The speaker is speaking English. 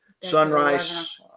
sunrise